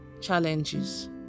challenges